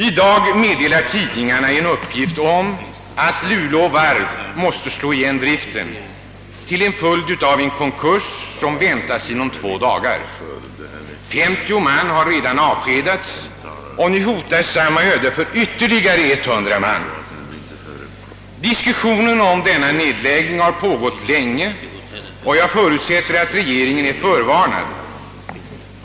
I dag meddelar tidningarna att Luleå varv måste slå igen driften till följd av en konkurs som väntas inom två dagar. 50 man har redan avskedats och nu hotar samma öde ytterligare 100. Diskussionen om denna nedläggning har pågått länge, och jag förutsätter att regeringen är förvarnad.